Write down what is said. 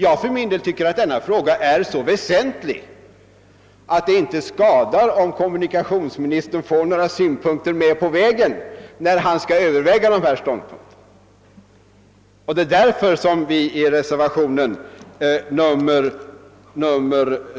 Jag för min del tycker att denna fråga är så väsentlig att det inte skadar att kommunikationsministern får några synpunkter med på vägen när han skall överväga saken. Jag hoppas därför att de synpunkter som vi framfört i reservationen